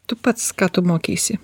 tu pats ką tu mokeisi